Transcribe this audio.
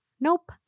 Nope